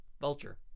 Vulture